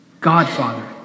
godfather